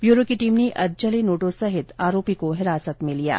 bureau की team ने अधजले नोटों सहित आरोपी को हिरासत में लिया है